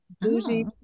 Bougie